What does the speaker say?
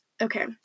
Okay